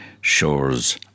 shores